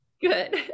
Good